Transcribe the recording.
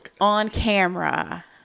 on-camera